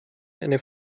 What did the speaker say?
eine